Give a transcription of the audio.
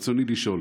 ברצוני לשאול: